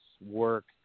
work